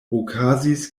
okazis